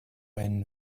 einen